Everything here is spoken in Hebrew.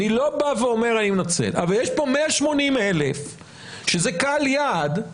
יש פה 180,000 שזה קהל יעד,